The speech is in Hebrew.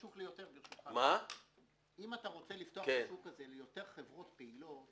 אם אתה רוצה לפתוח את השוק הזה ליותר חברות פעילות,